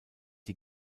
die